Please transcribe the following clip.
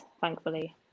thankfully